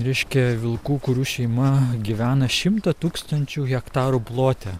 reiškia vilkų kurių šeima gyvena šimto tūkstančių hektarų plote